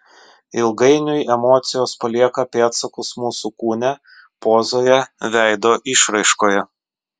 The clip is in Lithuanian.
ilgainiui emocijos palieka pėdsakus mūsų kūne pozoje veido išraiškoje